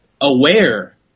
aware